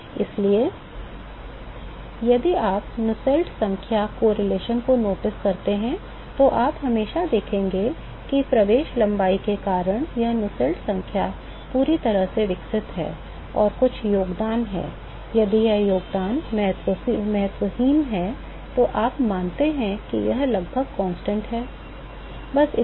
इसलिए यदि आप Nusselts संख्या सहसंबंध को नोटिस करते हैं तो आप हमेशा देखेंगे कि प्रवेश लंबाई के कारण यह Nusselts संख्या पूरी तरह से विकसित है और कुछ योगदान है यदि यह योगदान महत्वहीन है तो आप मानते हैं कि यह लगभग स्थिर है बस इतना ही